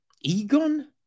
Egon